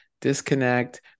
disconnect